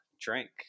drink